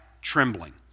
trembling